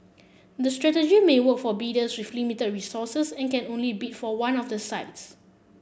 this strategy may work for a bidders with limited resources and can only bid for one of the sites